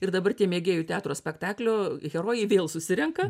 ir dabar tie mėgėjų teatro spektaklio herojai vėl susirenka